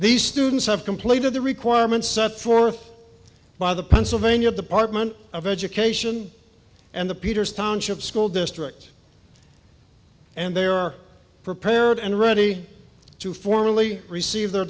these students have completed the requirements set forth by the pennsylvania department of education and the peters township school district and they are prepared and ready to formally receive their